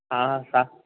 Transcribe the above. हा सा